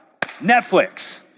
Netflix